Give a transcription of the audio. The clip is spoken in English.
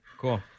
Cool